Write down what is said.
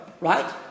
right